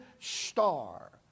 star